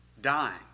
dying